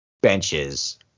benches